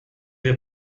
wir